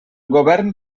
govern